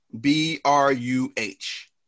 b-r-u-h